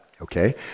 okay